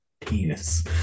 penis